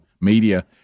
media